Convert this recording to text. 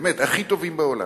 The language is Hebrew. באמת, הכי טובים בעולם,